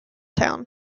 town